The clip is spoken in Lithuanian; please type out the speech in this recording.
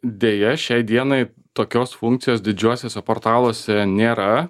deja šiai dienai tokios funkcijos didžiuosiuose portaluose nėra